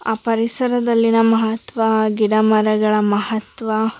ಆ ಪರಿಸರದಲ್ಲಿನ ಮಹತ್ವ ಗಿಡ ಮರಗಳ ಮಹತ್ವ